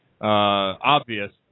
obvious